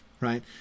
right